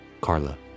Carla